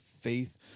faith